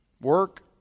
work